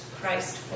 Christ